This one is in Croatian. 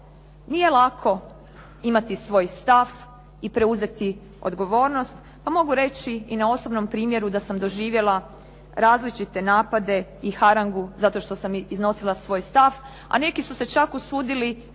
Nije lako imati svoj stav i preuzeti odgovornost, a mogu reći i na osobnom primjeru da sam doživjela različite napade i harangu zato što sam iznosila svoj stav, a niki su se čak usudili prozivati